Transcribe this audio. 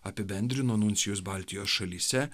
apibendrino nuncijus baltijos šalyse